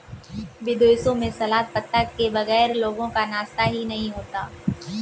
विदेशों में सलाद पत्ता के बगैर लोगों का नाश्ता ही नहीं होता